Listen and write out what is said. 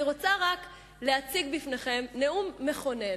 אני רוצה רק להציג בפניכם נאום מכונן,